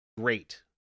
great